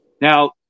Now